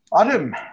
Adam